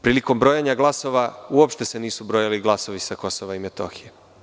Prilikom brojanja glasova uopšte se nisu brojali glasovi sa Kosova i Metohije.